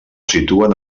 situen